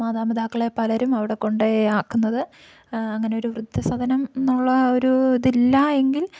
മാതാപിതാക്കളെ പലരും അവിടെ കൊണ്ടുപോയി ആക്കുന്നത് അങ്ങനെയൊരു വൃദ്ധസദമെന്നുള്ള ഒരു ഇതില്ലായെങ്കിൽ